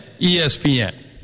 ESPN